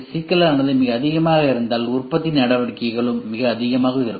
சிக்கலானது மிக அதிகமாக இருந்தால் உற்பத்தி நடவடிக்கைகளும் மிக அதிகமாக இருக்கும்